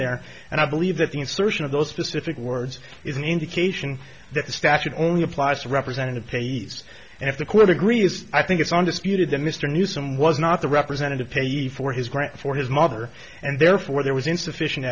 there and i believe that the insertion of those specific words is an indication that the statute only applies to representative payee s and if the quote agree is i think it's undisputed that mr newsome was not the representative payee for his grant for his mother and therefore there was insufficient